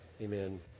Amen